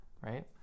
right